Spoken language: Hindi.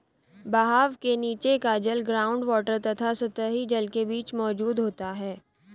बहाव के नीचे का जल ग्राउंड वॉटर तथा सतही जल के बीच मौजूद होता है